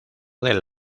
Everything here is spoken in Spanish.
del